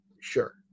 Sure